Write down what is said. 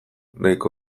nahiko